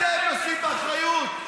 אתם נושאים באחריות.